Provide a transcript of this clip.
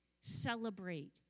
celebrate